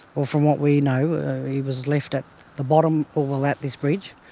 well from what we know he was left at the bottom. well well at this bridge,